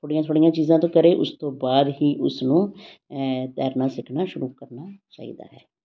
ਥੋੜ੍ਹੀਆਂ ਥੋੜ੍ਹੀਆਂ ਚੀਜ਼ਾਂ ਤੋਂ ਕਰੇ ਉਸ ਤੋਂ ਬਾਅਦ ਹੀ ਉਸ ਨੂੰ ਐਂ ਤੈਰਨਾ ਸਿੱਖਣਾ ਸ਼ੁਰੂ ਕਰਨਾ ਚਾਹੀਦਾ ਹੈ